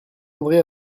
andré